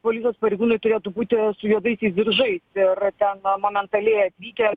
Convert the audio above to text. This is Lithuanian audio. policijos pareigūnai turėtų būti su juodaisiais diržais ir ten momentaliai atvykę